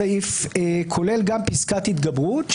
הסעיף כולל גם פסקת התגברות,